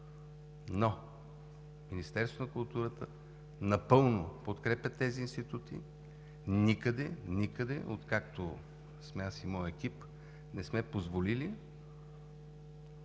но Министерството на културата напълно подкрепя тези институти. Никъде – никъде! – откакто сме аз и моят екип, не сме позволили